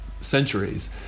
centuries